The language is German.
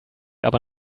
aber